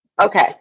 Okay